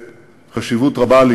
אני זוכר שאנחנו נפגשנו קודם לכן,